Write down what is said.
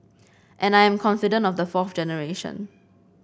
and I'm confident of the fourth generation